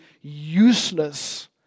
useless